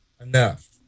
Enough